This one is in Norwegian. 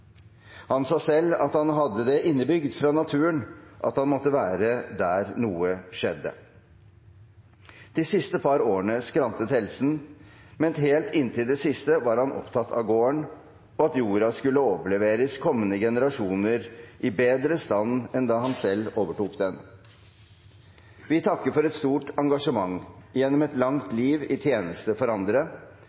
Han sa selv at han hadde det innebygd, fra naturen, at han måtte være der noe skjedde. De siste par årene skrantet helsen, men helt inntil det siste var han opptatt av gården, og at jorda skulle overleveres de kommende generasjoner i bedre stand enn da han selv overtok den. Vi takker for et stort engasjement gjennom et langt liv i tjeneste for andre